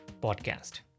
podcast